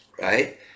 right